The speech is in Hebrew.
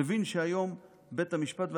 מבין שהיום בית המשפט השתנה,